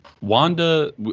wanda